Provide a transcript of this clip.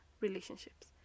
relationships